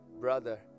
Brother